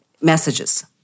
messages